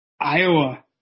Iowa